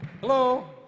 Hello